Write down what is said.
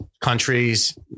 countries